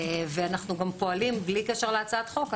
אנו גם פועלים בלי קשר להצעת החוק,